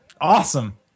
awesome